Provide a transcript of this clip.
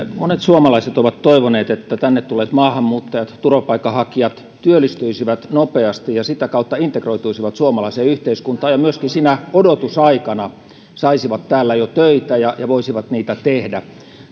monet suomalaiset ovat toivoneet että tänne tulleet maahanmuuttajat turvapaikanhakijat työllistyisivät nopeasti ja sitä kautta integroituisivat suomalaiseen yhteiskuntaan ja myöskin jo sinä odotusaikana saisivat täällä töitä ja voisivat niitä tehdä